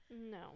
No